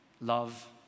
love